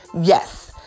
Yes